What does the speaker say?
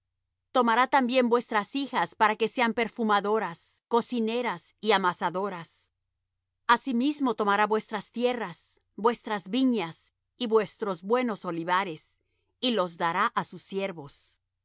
tomará también vuestras hijas para que sean perfumadoras cocineras y amasadoras asimismo tomará vuestras tierras vuestras viñas y vuestros buenos olivares y los dará á sus siervos